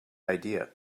idea